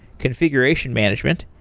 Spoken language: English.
configuration management,